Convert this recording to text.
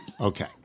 Okay